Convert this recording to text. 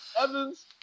Evans